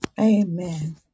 Amen